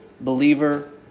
believer